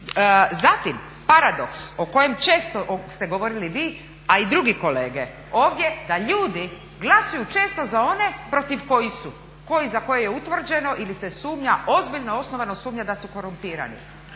Zatim, paradoks o kojem često ste govorili vi, a i drugi kolege ovdje, da ljudi glasuju često za one protiv kojih su, za koje je utvrđeno ili se sumnja ozbiljno osnovano sumnja da su korumpirani.